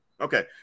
Okay